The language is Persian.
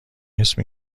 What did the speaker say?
اسم